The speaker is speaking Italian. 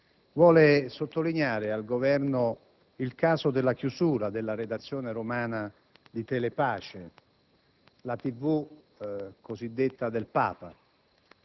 vuole sottolineare al Governo il caso della chiusura della redazione romana di Telepace, la cosiddetta TV del Papa.